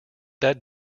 that